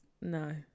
No